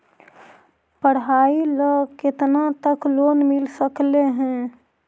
पढाई ल केतना तक लोन मिल सकले हे?